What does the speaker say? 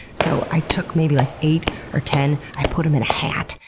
so, i took maybe like eight or ten, i put em in a hat,